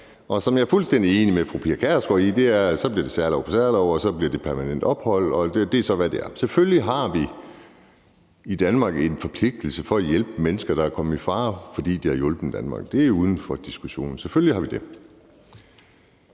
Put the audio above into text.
mere. Jeg er fuldstændig enig med fru Pia Kjærsgaard i, at det bliver særlov på særlov, og at så bliver det permanent ophold. Det er så, hvad det er. Selvfølgelig har vi i Danmark en forpligtelse til at hjælpe mennesker, der er kommet i fare, fordi de har hjulpet Danmark. Det er uden for diskussion; selvfølgelig har vi det.